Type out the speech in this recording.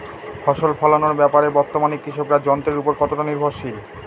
ফসল ফলানোর ব্যাপারে বর্তমানে কৃষকরা যন্ত্রের উপর কতটা নির্ভরশীল?